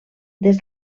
des